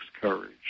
courage